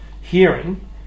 hearing